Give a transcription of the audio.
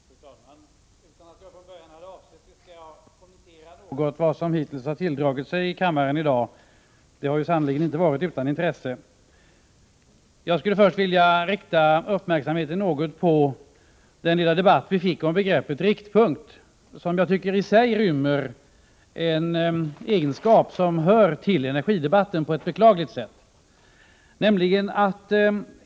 Fru talman! Utan att jag från början hade avsett det skall jag kommentera något av vad som hittills har tilldragit sig i kammaren i dag — det har sannerligen inte varit utan intresse. Jag skulle först vilja rikta uppmärksamheten något på den lilla debatt vi fick om begreppet riktpunkt, som i sig rymmer en egenskap som hör till energidebatten på ett beklagligt sätt.